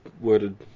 worded